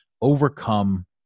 overcome